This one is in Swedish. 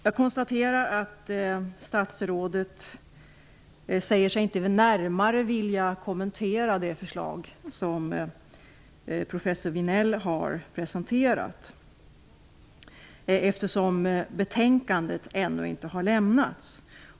Jag konstaterar att statsrådet säger sig inte närmare vilja kommentera det förslag som professor Vinell har presenterat, eftersom betänkandet ännu inte har lämnats.